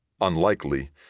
Unlikely